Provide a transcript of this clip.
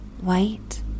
white